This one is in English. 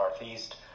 northeast